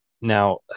Now